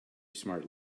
smart